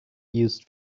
used